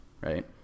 right